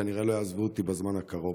וכנראה לא יעזבו אותי בזמן הקרוב.